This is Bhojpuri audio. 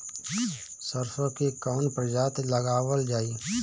सरसो की कवन प्रजाति लगावल जाई?